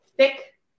Thick